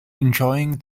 enjoying